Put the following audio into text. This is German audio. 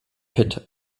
pit